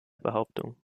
behauptung